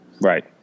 Right